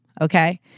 okay